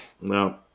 No